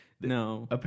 No